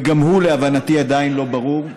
וגם זה להבנתי עדיין לא ברור,